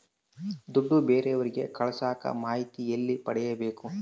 ದುಡ್ಡು ಬೇರೆಯವರಿಗೆ ಕಳಸಾಕ ಮಾಹಿತಿ ಎಲ್ಲಿ ಪಡೆಯಬೇಕು?